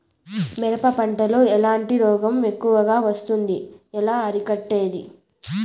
మిరప పంట లో ఎట్లాంటి రోగం ఎక్కువగా వస్తుంది? ఎలా అరికట్టేది?